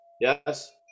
yes